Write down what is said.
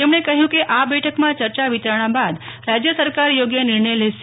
તેમણે કહ્યું કે આ બેઠકમાં ચર્ચા વિચારણા બાદ રાજ્ય સરકાર યોગ્ય નિર્ણય લેશે